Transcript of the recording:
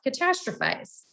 Catastrophize